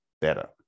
better